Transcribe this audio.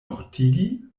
mortigi